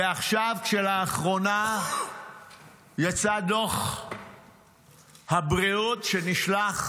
ועכשיו כשלאחרונה יצא דוח הבריאות שנשלח